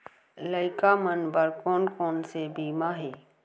लइका मन बर कोन कोन से बीमा हे?